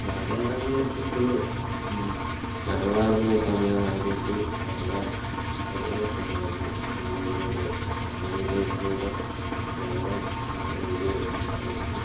മല കയറാൻ തുടങ്ങിയപ്പോൾ ഫുള്ള് മഴ പാറുന്ന സമയമായത് കൊണ്ട് ഉറവ ഉറവ ഒക്കെ ഉണ്ടായിരുന്നു മലയിലൂടെ മലയുടെ ഇടയിലൂടെ വെള്ളം ഇങ്ങനെ ഒഴുകി വരുന്നുണ്ടായിരുന്നു